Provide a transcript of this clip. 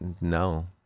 No